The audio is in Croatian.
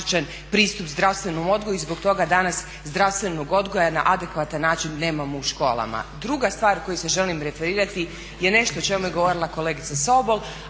pristup zdravstvenom odgoju i zbog toga danas zdravstvenog odgoja na adekvatan način nemamo u školama. Druga stvar na koju se želim referirati je nešto o čemu je govorila kolegica Sobol,